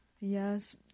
yes